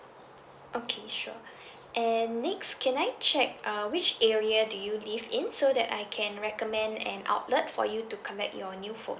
okay sure and next can I check uh which area do you live in so that I can recommend an outlet for you to connect your new phone